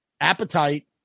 Appetite